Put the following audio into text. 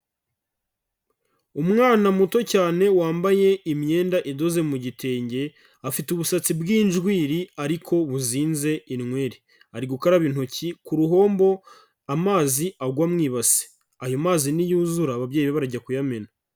Umwana muto cyane wambaye imyenda idoze mu gitenge afite ubusatsi bw'injwiri ariko buzinze inweri, ari gukaraba intoki ku ruhombo amazi agwa mu ibasi, ayo mazi niyuzura ababyeyi be barajya kuyamena.